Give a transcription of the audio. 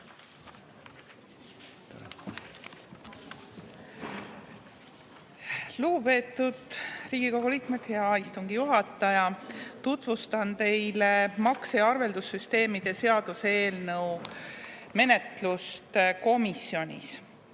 Lugupeetud Riigikogu liikmed! Hea istungi juhataja! Tutvustan teile makse- ja arveldussüsteemide seaduse eelnõu menetlust komisjonis.